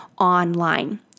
online